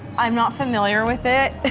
i'm not familiar with it,